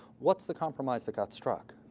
what's the compromise that got struck?